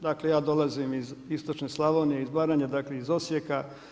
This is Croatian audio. Dakle ja dolazim iz istočne Slavonije, iz Baranje, dakle iz Osijeka.